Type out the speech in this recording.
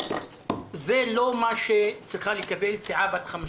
זה לא מה שצריכה לקבל סיעה בת 15